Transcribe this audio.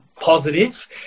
positive